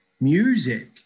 music